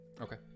Okay